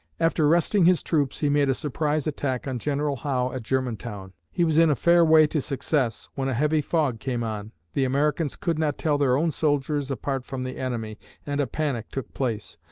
after resting his troops, he made a surprise attack on general howe at germantown. he was in a fair way to success, when a heavy fog came on. the americans could not tell their own soldiers apart from the enemy and a panic took place.